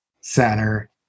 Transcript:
center